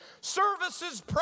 services